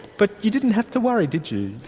but you didn't have to worry, did you.